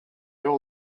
all